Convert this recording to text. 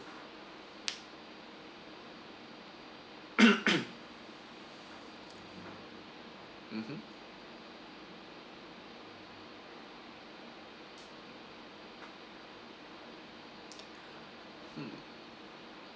mmhmm